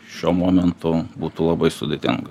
šiuo momentu būtų labai sudėtinga